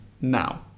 now